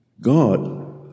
God